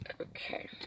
Okay